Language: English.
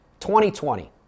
2020